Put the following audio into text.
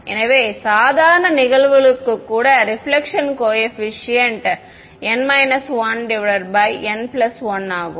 எனவே சாதாரண நிகழ்வுகளுக்கு கூட ரெபிலெக்ஷன் கோஏபிசிஎன்ட் n 1 ஆகும்